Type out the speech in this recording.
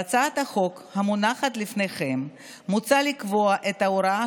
בהצעת החוק המונחת לפניכם מוצע לקבוע את ההוראות